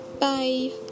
Bye